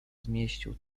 zmieścił